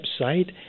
website